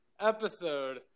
episode